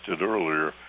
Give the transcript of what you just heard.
earlier